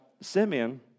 Simeon